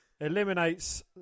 eliminates